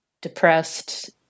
depressed